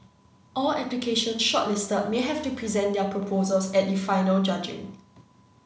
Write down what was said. all applications shortlisted may have to present their proposals at the final judging